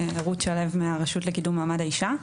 מהרשות לקידום מעמד האישה.